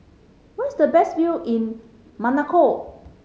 where is the best view in Monaco